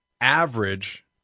average